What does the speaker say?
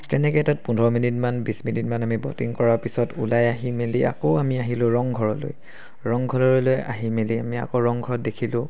তেনেকৈ তাত পোন্ধৰ মিনিটমান বিছ মিনিটমান আমি ব'টিং কৰাৰ পিছত ওলাই আহি মেলি আকৌ আমি আহিলোঁ ৰংঘৰলৈ ৰংঘৰলৈ আহি মেলি আমি আকৌ ৰংঘৰত দেখিলোঁ